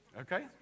Okay